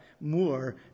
more